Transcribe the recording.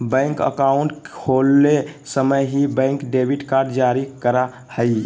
bank account खोले समय ही, बैंक डेबिट कार्ड जारी करा हइ